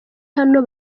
hano